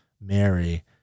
Mary